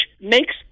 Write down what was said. makes